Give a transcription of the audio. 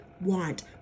want